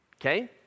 okay